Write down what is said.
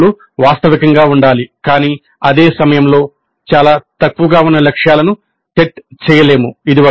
CO లు వాస్తవికంగా ఉండాలి కానీ అదే సమయంలో చాలా తక్కువగా ఉన్న లక్ష్యాలను సెట్ చేయలేము